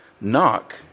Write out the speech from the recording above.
Knock